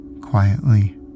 quietly